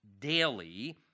daily